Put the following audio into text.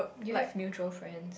you have mutual friends